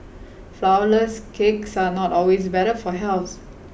flourless cakes are not always better for health